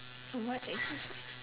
a what exercise